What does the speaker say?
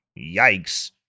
yikes